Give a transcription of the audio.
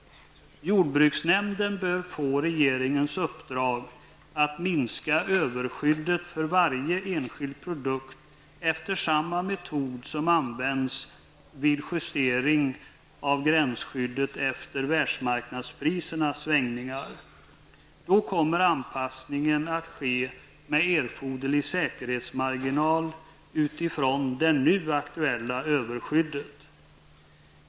Jordbruksnämnden bör få regeringens uppdrag att minska överskyddet för varje enskild produkt efter samma metod som används vid justering av gränsskyddet efter världsmarknadsprisernas svängningar. Då kommer anpassningen att ske med erforderlig säkerhetsmarginal utifrån det nu aktuella överskyddet.